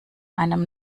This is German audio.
einem